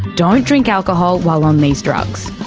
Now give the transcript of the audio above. don't drink alcohol while on these drugs.